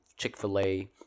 Chick-fil-A